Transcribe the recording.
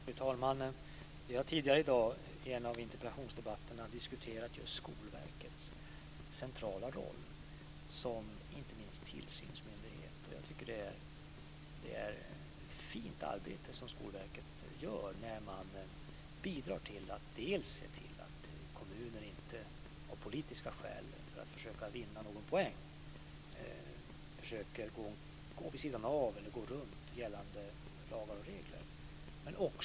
Fru talman! Vi har tidigare i dag i en av interpellationsdebatterna diskuterat Skolverkets centrala roll, inte minst som tillsynsmyndighet. Skolverket gör ett fint arbete genom att bidra till att se till att kommuner inte av politiska skäl försöker gå runt gällande lagar och regler, för att försöka vinna poäng.